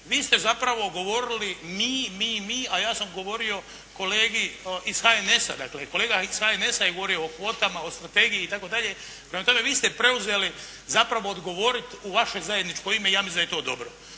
vi ste zapravo govorili mi, mi, mi a ja sam govorio kolegi iz HNS-a, dakle kolega iz HNS-a je govorio o kvotama, o strategiji itd. Prema tome, vi ste preuzeli zapravo odgovoriti u vaše zajedničko ime i ja mislim da je to dobro.